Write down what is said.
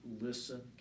Listen